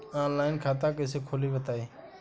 Online खाता कइसे खोली बताई?